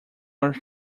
are